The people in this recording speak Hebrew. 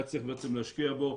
היה צריך להשקיע בו.